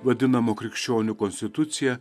vadinamu krikščionių konstitucija